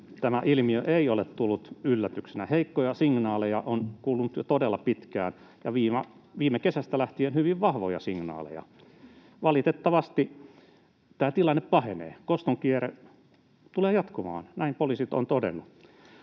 tämä ilmiö ei ole tullut yllätyksenä. Heikkoja signaaleja on kuulunut jo todella pitkään ja viime kesästä lähtien hyvin vahvoja signaaleja. Valitettavasti tämä tilanne pahenee, koston kierre tulee jatkumaan, näin poliisit ovat todenneet.